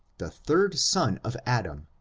the third son of adam,